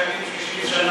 חוזרי המנכ"ל קיימים 60 שנה,